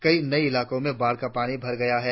कई नए इलाकों में बाढ़ का पानी भर गया है